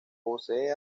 posee